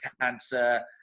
cancer